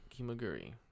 kimaguri